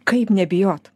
kaip nebijot